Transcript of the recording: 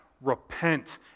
repent